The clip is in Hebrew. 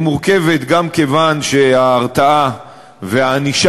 זו משימה מורכבת גם כיוון שההרתעה והענישה